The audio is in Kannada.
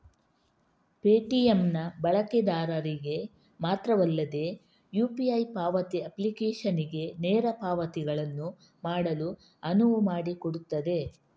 ಪೇಟಿಎಮ್ ನ ಬಳಕೆದಾರರಿಗೆ ಮಾತ್ರವಲ್ಲದೆ ಯು.ಪಿ.ಐ ಪಾವತಿ ಅಪ್ಲಿಕೇಶನಿಗೆ ನೇರ ಪಾವತಿಗಳನ್ನು ಮಾಡಲು ಅನುವು ಮಾಡಿಕೊಡುತ್ತದೆ